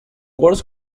works